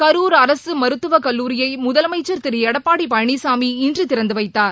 கரூர் அரசுமருத்துவக் கல்லூரியைமுதலமைச்சர் திருளடப்பாடிபழனிசாமி இன்றுதிறந்துவைத்தார்